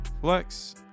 flex